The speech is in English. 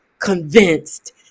convinced